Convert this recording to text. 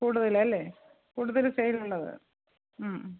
കൂടുതലാണ് അല്ലേ കൂടുതൽ സെയിൽ ഉള്ളത്